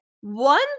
one